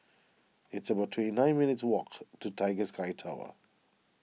it's about twenty nine minutes' walk to Tiger Sky Tower